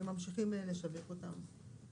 וממשיכים לשווק אותם.